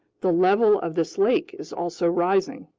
the level of this lake is also rising.